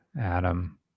Adam